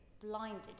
blinded